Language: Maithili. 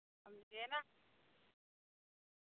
आब जेना